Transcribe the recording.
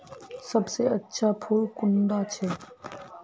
सबसे अच्छा फुल कुंडा छै?